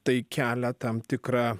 tai kelia tam tikrą